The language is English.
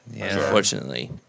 unfortunately